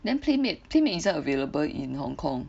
then Playmate Playmate isn't available in Hong kong